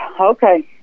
okay